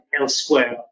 elsewhere